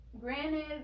granted